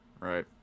Right